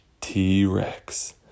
t-rex